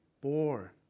bore